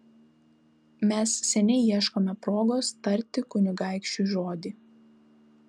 mes seniai ieškome progos tarti kunigaikščiui žodį